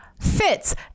fits